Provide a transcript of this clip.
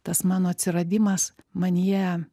tas mano atsiradimas manyje